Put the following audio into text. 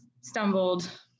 stumbled